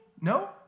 No